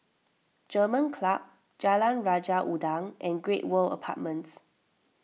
German Club Jalan Raja Udang and Great World Apartments